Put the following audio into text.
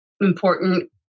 important